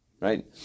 Right